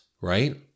Right